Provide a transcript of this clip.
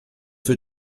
für